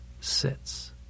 sits